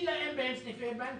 שמלכתחילה אין בהם סניפי בנק,